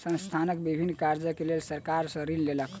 संस्थान विभिन्न कार्यक लेल सरकार सॅ ऋण लेलक